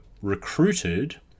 recruited